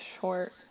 short